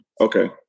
Okay